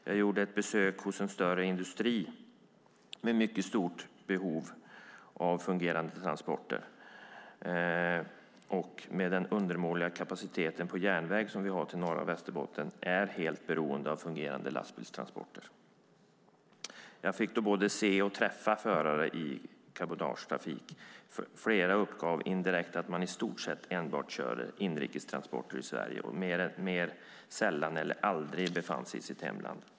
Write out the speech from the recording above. Jag gjorde ett besök hos en större industri med mycket stort behov av fungerande transporter. Med den undermåliga kapacitet som vi har på järnvägen till norra Västerbotten är denna industri helt beroende av fungerande lastbilstransporter. Jag fick både se och träffa förare i cabotagetrafik. Flera uppgav indirekt att de i stort sett kör enbart inrikestransporter i Sverige och mer sällan eller aldrig befann sig i sitt hemland.